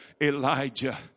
Elijah